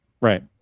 Right